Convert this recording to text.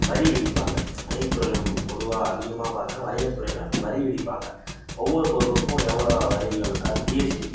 வரி விதிப்பாங்க வணிகத்துறையில் பொதுவாக அதிகமாக பார்த்தோன்னா வணிகத்துறையில் வரி விதிப்பாங்க ஒவ்வொரு பொருளுக்கும் எவ்வளோ வரிகள் அதாவது ஜிஎஸ்டி